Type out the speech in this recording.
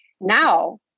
Now